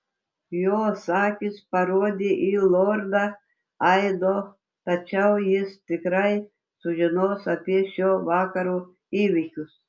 jos akys parodė į lordą aido tačiau jis tikrai sužinos apie šio vakaro įvykius